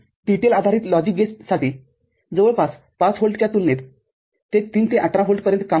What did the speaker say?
TTL आधारित logic गेट्ससाठी जवळपास ५ व्होल्टच्या तुलनेत ते ३ ते १८ व्होल्ट पर्यंत काम करते